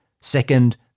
Second